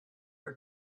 are